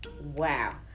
Wow